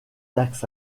taxes